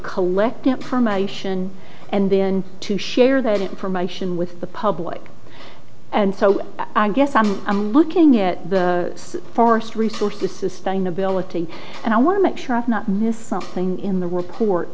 collect promotion and then to share that information with the public and so i guess i'm i'm looking at the forest resources sustainability and i want to make sure i've not missed something in the report